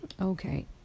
okay